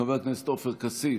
חבר הכנסת עופר כסיף,